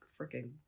freaking